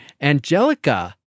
Angelica